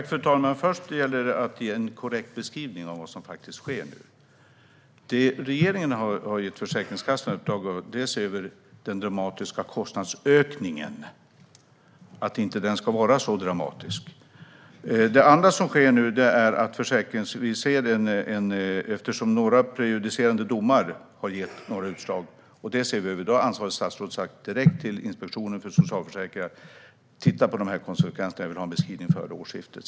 Fru talman! Först och främst gäller det att ge en korrekt beskrivning av vad som faktiskt sker nu. Det uppdrag regeringen har gett Försäkringskassan är att se över den dramatiska kostnadsökningen för att den inte ska vara så dramatisk. Det andra som sker nu är att några prejudicerande domar har gett utslag, och det ser vi över. Ansvarigt statsråd har sagt direkt till Inspektionen för socialförsäkringen: Titta på dessa konsekvenser. Jag vill ha en beskrivning före årsskiftet.